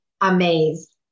amazed